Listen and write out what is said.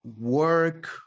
work